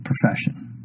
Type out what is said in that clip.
profession